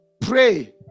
pray